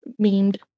memed